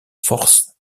force